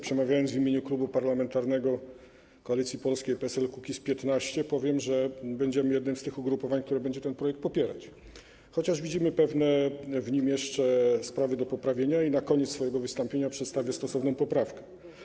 Przemawiając w imieniu Klubu Parlamentarnego Koalicja Polska - PSL - Kukiz15, powiem, że będziemy jednym z tych ugrupowań, które będzie ten projekt popierać, chociaż widzimy w nim jeszcze pewne sprawy do poprawienia i na koniec swojego wystąpienia przedstawię stosowną poprawkę.